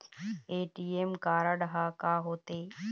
ATM card हा का होते?